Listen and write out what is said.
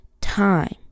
time